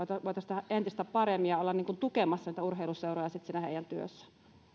voitaisiin tehdä entistä paremmin ja olla tukemassa urheiluseuroja siinä heidän työssään